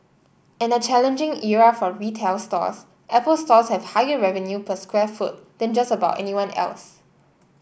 in a challenging era for retail stores Apple Stores have higher revenue per square foot than just about anyone else